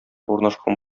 урнашкан